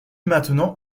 maintenant